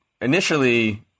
initially